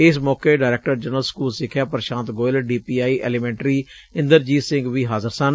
ਇਸ ਮੌਕੇ director general school ਸਿਖਿਆ Prashant Goyal D P I elementary Inderjit Singh ਵੀ ਹਾਜ਼ਰ ਸਨ